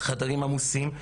החדרים עמוסים,